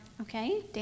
Okay